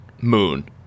Moon